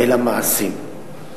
אלא מעשים.